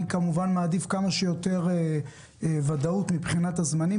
אני מעדיף, כמובן, כמה שיותר ודאות מבחינת הזמנים.